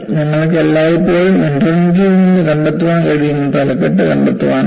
നിങ്ങൾക്ക് എല്ലായ്പ്പോഴും ഇന്റർനെറ്റിൽ നിന്ന് കണ്ടെത്താൻ കഴിയുന്ന തലക്കെട്ട് കണ്ടെത്താനാവും